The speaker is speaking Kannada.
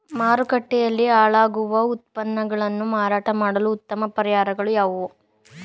ಮಾರುಕಟ್ಟೆಯಲ್ಲಿ ಹಾಳಾಗುವ ಉತ್ಪನ್ನಗಳನ್ನು ಮಾರಾಟ ಮಾಡಲು ಉತ್ತಮ ಪರಿಹಾರಗಳು ಯಾವುವು?